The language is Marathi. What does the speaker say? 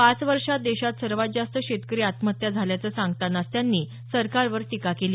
पाच वर्षात देशात सर्वात जास्त शेतकरी आत्महत्या झाल्याचं सांगतानाच त्यांनी सरकारवर टीका केली